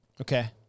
okay